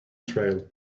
trail